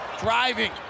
driving